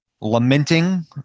lamenting